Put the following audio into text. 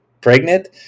pregnant